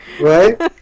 Right